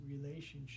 relationship